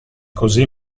così